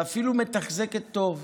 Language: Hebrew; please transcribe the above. ואפילו מתחזקת טוב,